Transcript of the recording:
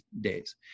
days